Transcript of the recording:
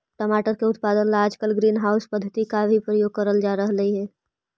टमाटर की उत्पादन ला आजकल ग्रीन हाउस पद्धति का प्रयोग भी करल जा रहलई हे